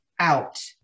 out